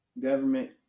government